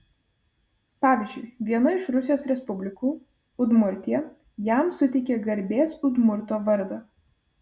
pavyzdžiui viena iš rusijos respublikų udmurtija jam suteikė garbės udmurto vardą